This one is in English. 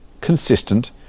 consistent